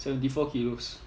seventy four kilos